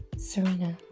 Serena